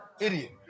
Idiot